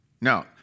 Now